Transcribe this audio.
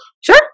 Sure